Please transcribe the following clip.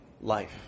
life